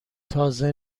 تازه